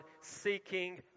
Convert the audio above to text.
seeking